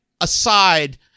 aside